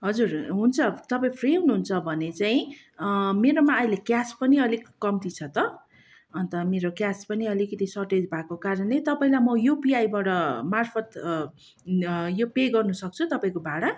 हजुर हुन्छ तपाईँ फ्री हुनुहुन्छ भने चाहिँ मेरोमा अहिले क्यास पनि अलिक कम्ती छ त अन्त मेरो क्यास पनि अलिकति सर्टेज भएको कारणले तपाईँलाई म युपिआईबाट मार्फत यो पे गर्नु सक्छु तपाईँको भाडा